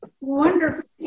wonderful